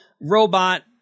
robot